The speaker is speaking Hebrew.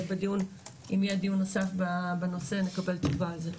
אם יהיה דיון נוסף בנושא נקבל תשובה על זה,